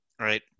right